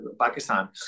Pakistan